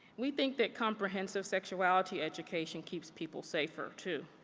we think that comprehensive sexuality education keeps people safer, too.